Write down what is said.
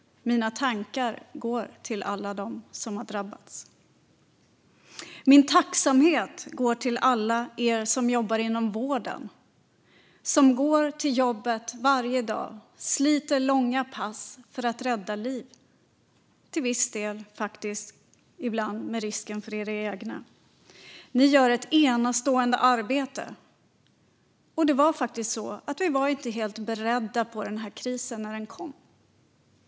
Mina tankar går till alla dem som har drabbats. Min tacksamhet går till alla er som jobbar inom vården - som går till jobbet varje dag och sliter långa pass för att rädda liv, ibland faktiskt med risk för era egna liv. Ni gör ett enastående arbete. Det var faktiskt så att vi inte var helt beredda på den här krisen när den kom.